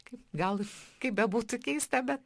kaip gal kaip bebūtų keista bet